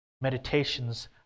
meditations